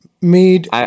Made